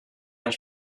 als